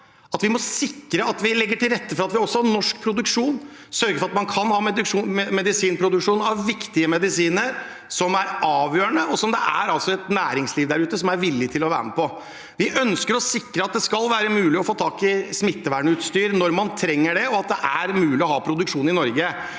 vi må sikre at vi legger til rette for at vi har norsk produksjon, sørger for at man kan ha produksjon av viktige medisiner, noe som er avgjørende, og som næringslivet der ute er villig til å være med på. Vi ønsker å sikre at det skal være mulig å få tak i smittevernutstyr når man trenger det, og at det er mulig å ha produksjon i Norge.